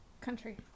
Country